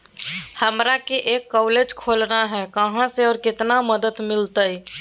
हमरा एक कॉलेज खोलना है, कहा से और कितना मदद मिलतैय?